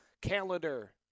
calendar